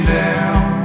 down